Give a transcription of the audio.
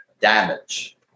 damage